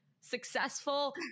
successful